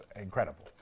incredible